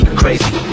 crazy